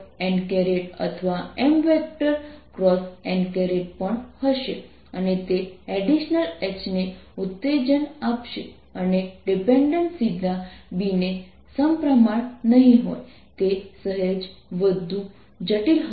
n અથવા Mn પણ હશે અને તે એડિશનલ H ને ઉત્તેજન આપશે અને ડિપેન્ડેન્સ સીધા B ને સમપ્રમાણ નહીં હોય તે સહેજ વધુ જટિલ હશે